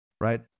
right